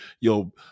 Yo